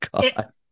God